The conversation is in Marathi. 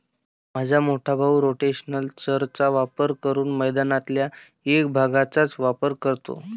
माझा मोठा भाऊ रोटेशनल चर चा वापर करून मैदानातल्या एक भागचाच वापर करतो